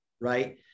right